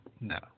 no